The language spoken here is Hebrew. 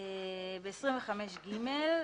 סעיף 25ג(א).